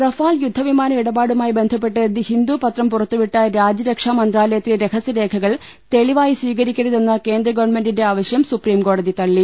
Rafale യുദ്ധവിമാന ഇടപാടുമായി ബന്ധപ്പെട്ട് ദി ഹിന്ദു പത്രം പുറത്തുവിട്ട രാജ്യരക്ഷാമന്ത്രാലയത്തിലെ രഹസ്യരേഖകൾ തെളി വായി സ്വീകരിക്കരുതെന്ന കേന്ദ്ര ഗവൺ മെന്റിന്റെ ആവശ്യം സുപ്രീംകോടതി തള്ളി